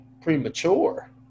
premature